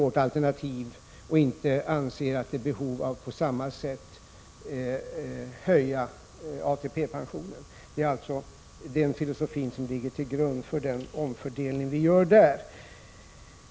Vi anser inte att det finns behov att på samma sätt höja ATP-pensionen. Denna filosofi ligger alltså till grund för den omfördelning som vi gör.